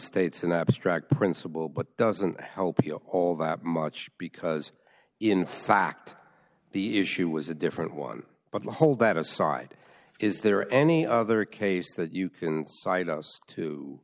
states an abstract principle but doesn't help you all that much because in fact the issue was a different one but the hold that aside is there any other case that you can